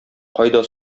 кайда